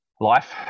life